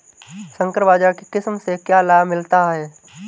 संकर बाजरा की किस्म से क्या लाभ मिलता है?